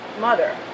mother